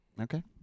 Okay